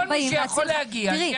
כל מי שיכול להגיע.